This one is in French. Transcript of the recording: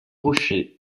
rochers